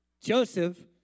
Joseph